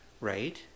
Right